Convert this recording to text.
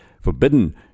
forbidden